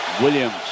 Williams